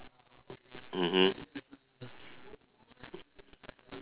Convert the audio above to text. mmhmm